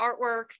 artwork